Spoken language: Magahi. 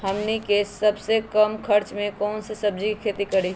हमनी के सबसे कम खर्च में कौन से सब्जी के खेती करी?